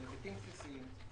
של היבטים בסיסיים.